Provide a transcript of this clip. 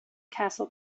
castle